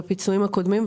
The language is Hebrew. בפיצויים הקודמים,